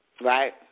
Right